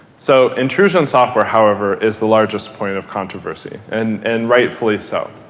so intrusion software however is the largest point of controversy and and rightfully so.